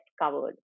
covered